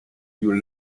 you